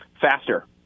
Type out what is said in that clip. Faster